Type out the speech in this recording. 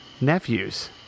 nephews